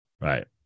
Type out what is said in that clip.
Right